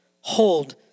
Hold